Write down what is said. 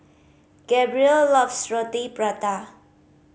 Gabriel loves Roti Prata